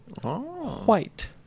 White